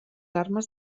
armes